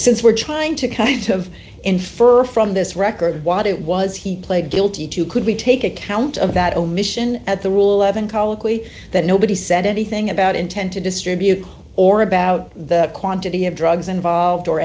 since we're trying to kind of infer from the this record what it was he pled guilty to could we take account of that omission at the ruhleben coakley that nobody said anything about intent to distribute or about the quantity of drugs involved or